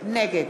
נגד